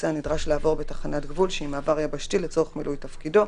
נדרש לעבור בתחנת גבול שהיא מעבר יבשתי לצורך מילוי תפקידו,